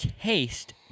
taste